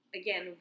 again